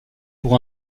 pour